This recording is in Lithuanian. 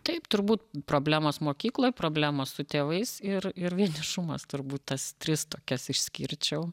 taip turbūt problemos mokykloj problemos su tėvais ir ir vienišumas turbūt tas tris tokias išskirčiau